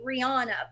rihanna